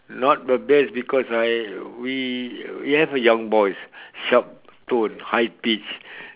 not the best because I we we have a young voice sharp tone high pitch